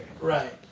right